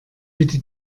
bitte